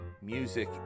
Music